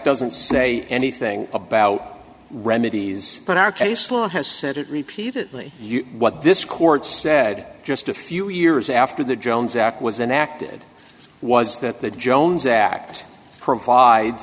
doesn't say anything about remedies but our case law has said it repeatedly you what this court said just a few years after the jones act was enacted was that the jones act provides